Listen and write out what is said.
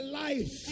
life